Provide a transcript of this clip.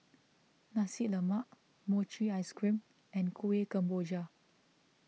Nasi Lemak Mochi Ice Cream and Kueh Kemboja